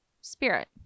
spirit